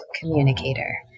communicator